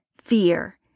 Fear